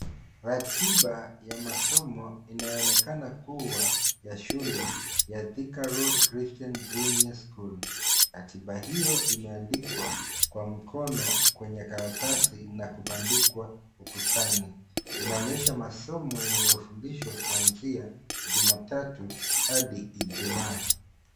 Ratiba ya masomo inayoonekana kuwa ya shule ya Thika Road Christian Junior School. Ratiba hiyo imeandikwa kwa mkono kwenye karatasi na kubandikwa ukutani. Inaonyesha masomo yanayofundishwa kuanzia Jumatatu hadi Ijumaa.